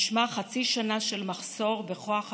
משמע חצי שנה של מחסור בכוח אדם,